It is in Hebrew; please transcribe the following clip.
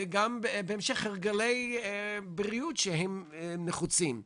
בהמשך גם הרגלי בריאות שהם נחוצים,